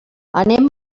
anem